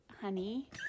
honey